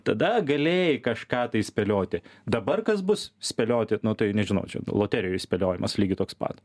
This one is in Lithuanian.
tada galėjai kažką tai spėlioti dabar kas bus spėlioti nu tai nežinau čia loterijoj spėliojimas lygiai toks pat